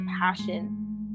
passion